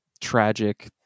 tragic